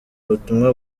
ubutumwa